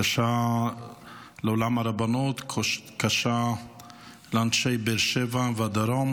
קשה לעולם הרבנות, קשה לאנשי באר שבע והדרום